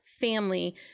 family